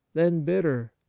then bitter,